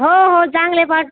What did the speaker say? हो हो चांगले पा